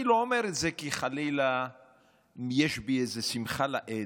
אני לא אומר את זה כי חלילה יש בי איזו שמחה לאיד,